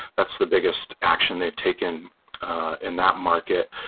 that's the biggest action they've taken in that market.